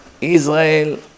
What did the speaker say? Israel